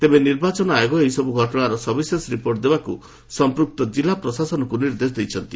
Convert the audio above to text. ତେବେ ନିର୍ବାଚନ ଆୟୋଗ ଏହିସବୁ ଘଟଣାର ସବିଶେଷ ରିପୋର୍ଟ ଦେବାକୁ ସଂପୂକ୍ତ ଜିଲ୍ଲା ପ୍ରଶାସନକ୍ ନିର୍ଦ୍ଦେଶ ଦେଇଛନ୍ତି